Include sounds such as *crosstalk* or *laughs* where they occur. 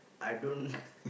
I don't *laughs*